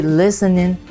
listening